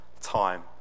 time